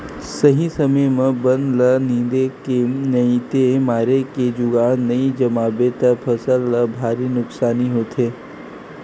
सही समे म बन ल निंदे के नइते मारे के जुगाड़ नइ जमाबे त फसल ल भारी नुकसानी होथे